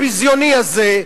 הביזיוני הזה.